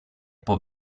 può